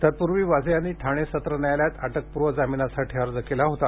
तत्पूर्वी वाझे यांनी ठाणे सत्र न्यायालयात अटकपूर्व जामीनासाठी अर्ज केला होता